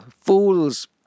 Fools